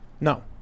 No